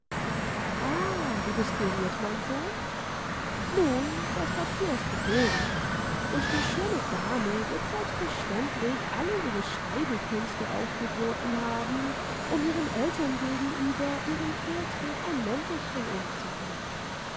ah du bist gerührt mein sohn nun das papier ist geduldig und die schöne dame wird selbstverständlich alle ihre schreibekünste aufgeboten haben um ihren eltern gegenüber ihrem fehltritt ein mäntelchen umzuhängen